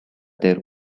their